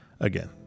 Again